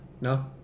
No